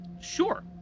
Sure